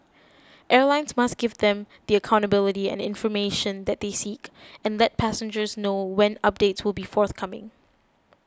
airlines must give them the accountability and information that they seek and let passengers know when updates will be forthcoming